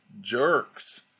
jerks